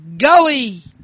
Gully